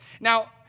Now